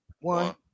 one